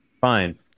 fine